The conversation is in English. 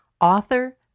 author